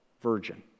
virgin